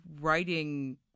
writing